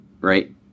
right